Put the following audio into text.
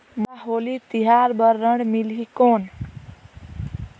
मोला होली तिहार बार ऋण मिलही कौन?